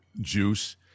juice